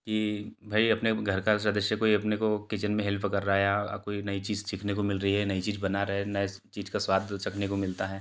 कि भई अपने को घर का सदस्य कोई अपने को किचन में हेल्प कर रहा है या कोई नई चीज़ सीखने को मिल रई है नई चीज़ बना रहा है नए चीज़ का स्वाद चखने को मिलता है